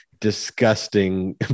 disgusting